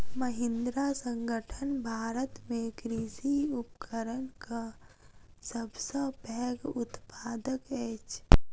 महिंद्रा संगठन भारत में कृषि उपकरणक सब सॅ पैघ उत्पादक अछि